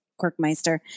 Quirkmeister